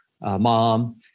mom